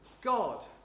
God